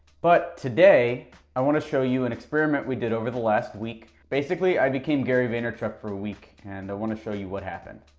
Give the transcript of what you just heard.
but today i want to show you an experiment we did over the last week. basically, i became gary vaynerchuk for a week, and i want to show you what happened.